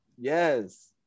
Yes